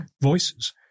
voices